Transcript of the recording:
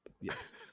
Yes